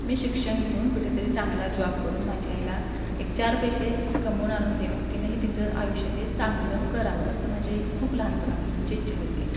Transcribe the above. मी शिक्षण घेऊन कुठेतरी चांगला जॉब करून माझ्या आईला एक चार पैसे कमवून आणून देऊन तिनंही तिचं आयुष्यातील चांगलं करावं असं माझी खूप लहानपणापासूनची इच्छा होती